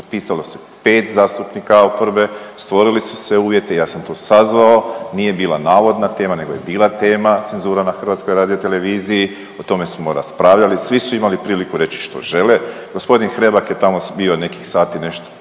potpisalo se 5 zastupnika oporbe, stvorili su se uvjeti, ja sam to sazvao, nije bila navodna tema nego je bila tema cenzura na HRT-u, o tome smo raspravljali, svi su imali priliku reći što žele, g. Hrebak je tamo bio nekih sat i nešto,